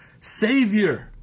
savior